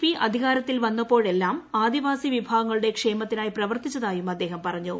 P അധികാരത്തിൽ വന്നപ്പോഴെല്ലാം ആദിവാസി വിഭാഗങ്ങളുടെ ക്ഷേമത്തിനായി പ്രവർത്തിച്ചതായും അദ്ദേഹം പറഞ്ഞു